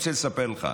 אני רוצה לספר לך,